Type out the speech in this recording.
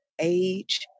age